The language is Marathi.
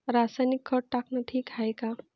रासायनिक खत टाकनं ठीक हाये का?